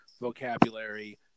vocabulary